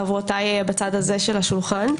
חברותיי בצד הזה של השולחן.